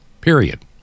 Period